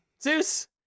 Zeus